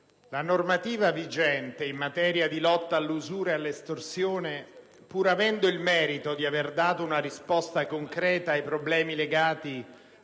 la normativa vigente in materia di lotta all'usura e all'estorsione, pur avendo il merito di aver dato una risposta concreta ai problemi legati